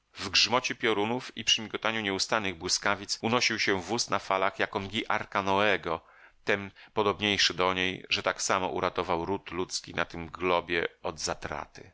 w grzmocie piorunów i przy migotaniu nieustannych błyskawic unosił się wóz na falach jak ongi arka noego tem podobniejszy do niej że tak samo uratował ród ludzki na tym globie od zatraty